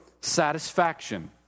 satisfaction